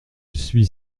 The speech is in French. suis